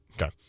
Okay